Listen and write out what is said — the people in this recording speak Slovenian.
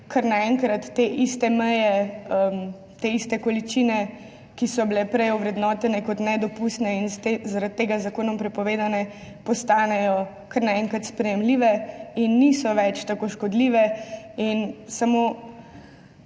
kar naenkrat te iste meje, te iste količine, ki so bile prej ovrednotene kot nedopustne in zaradi tega z zakonom prepovedane, postanejo sprejemljive in niso več tako škodljive. Zdi